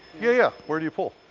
yeah, where do you pull?